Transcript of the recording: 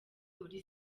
muri